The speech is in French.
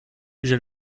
j’ai